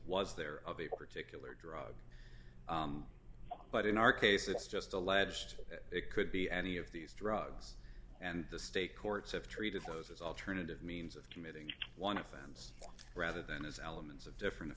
was there of a particular drug but in our case it's just alleged it could be any of these drugs and the state courts have treated those as alternative means of committing one offense rather than as elements of different